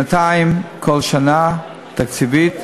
שנתיים, כל שנה, תקציבית,